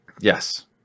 yes